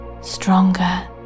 stronger